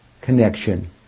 connection